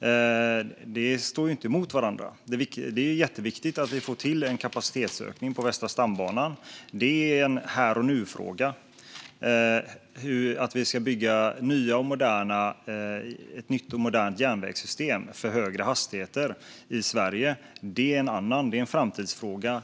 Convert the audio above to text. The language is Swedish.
saker står inte mot varandra. Det är jätteviktigt att vi får till en kapacitetsökning på Västra stambanan. Det är en fråga här och nu. Att vi ska bygga ett nytt och modernt järnvägssystem för högre hastigheter i Sverige är en framtidsfråga.